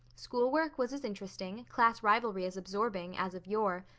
schoolwork was as interesting, class rivalry as absorbing, as of yore.